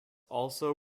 also